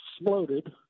exploded